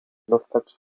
zostać